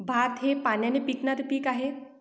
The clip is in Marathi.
भात हे पाण्याने पिकणारे पीक आहे